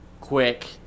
quick